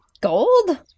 Gold